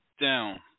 down